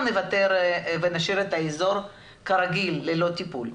נוותר ונשאיר את האזור כרגיל ללא טיפול.